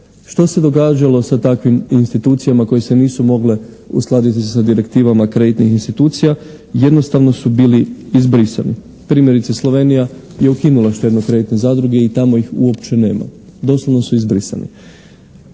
Što se događalo s takvim institucijama koje se nisu mogle uskladiti sa direktivama kreditnih institucija? Jednostavno su bili izbrisani. Primjerice Slovenija je ukinula štedno-kreditne zadruge i tamo ih uopće nema. Doslovno su izbrisane.